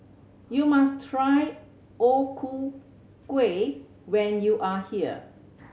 you must try O Ku Kueh when you are here